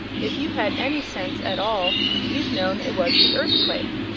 if you had any sense at all you'd known it was the earthquake.